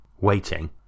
waiting